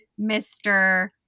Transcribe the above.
Mr